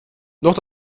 noch